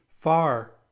far